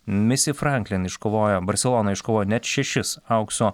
misi franklin iškovojo barselonoje iškovojo net šešis aukso